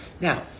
Now